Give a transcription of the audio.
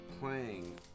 playing